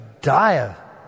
dire